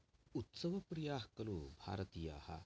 उत्सवप्रियाः खलु भारतीयाः